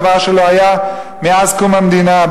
דבר שלא היה מאז קום המדינה,